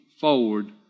forward